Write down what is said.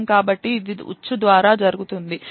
లోపం కాబట్టి ఇది ఉచ్చు ద్వారా జరుగుతుంది